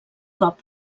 cop